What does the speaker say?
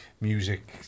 music